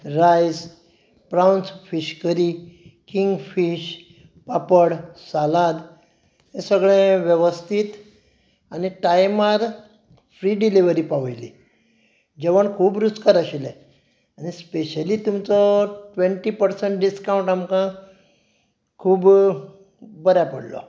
rice prawns fish curry king fish papad salad हे सगळें वेवस्थीत आनी टायमार फ्री डिलिवरी पावयली जेवण खूब रुचकर आशिलें आनी स्पेशली तुमचो ट्वँटी पर्संट डिसकावंट आमकां खूब बऱ्या पडलो